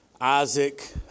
Isaac